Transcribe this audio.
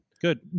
Good